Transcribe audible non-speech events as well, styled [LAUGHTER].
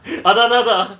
[BREATH] அதா ததா:atha thathaa